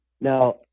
Now